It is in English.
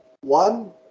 one